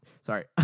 Sorry